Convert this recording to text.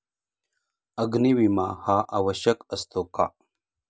अग्नी विमा हा आवश्यक असतो का?